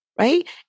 right